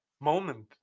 moment